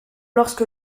lorsque